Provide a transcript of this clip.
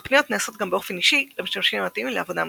אך פניות נעשות גם באופן אישי למשתמשים המתאימים לעבודה מסוימת.